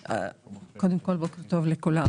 דבריך.